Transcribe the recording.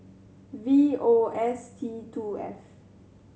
V O S T two F